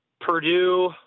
Purdue